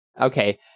okay